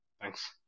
thanks